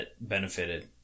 benefited